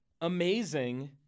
amazing